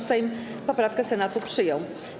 Sejm poprawkę Senatu przyjął.